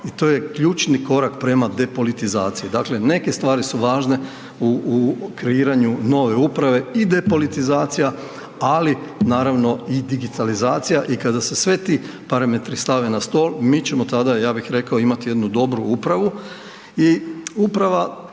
i to je ključni korak prema depolitizaciji. Dakle, neke stvari su važne u kreiranju nove uprave i depolitizacija, ali naravno i digitalizacija i kada se sve ti parametri stave na stol, mi ćemo tada, ja bih rekao imati jednu dobru upravi